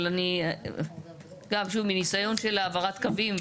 אבל אני גם שוב מניסיון של העברת קווים,